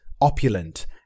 opulent